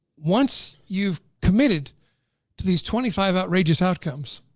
once you've committed to these twenty five outrageous outcomes,